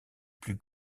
plus